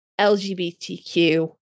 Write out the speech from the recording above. LGBTQ